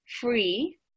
free